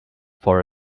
for